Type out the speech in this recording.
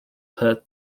put